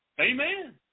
Amen